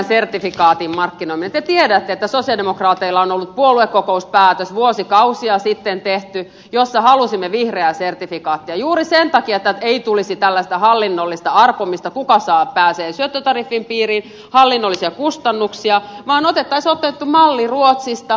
te tiedätte että sosialidemokraateilla on ollut puoluekokouspäätös vuosikausia sitten tehty jossa halusimme vihreää sertifikaattia juuri sen takia että ei tulisi tällaista hallinnollista arpomista kuka pääsee syöttötariffin piiriin hallinnollisia kustannuksia vaan olisi otettu malli ruotsista